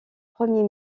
premier